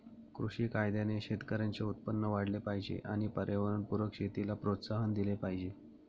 कृषी कायद्याने शेतकऱ्यांचे उत्पन्न वाढले पाहिजे आणि पर्यावरणपूरक शेतीला प्रोत्साहन दिले पाहिजे